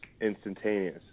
instantaneous